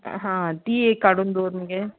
हां तीं एक काडून दवर मगे